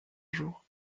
jour